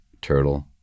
turtle